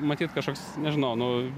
matyt kažkoks nežinau nu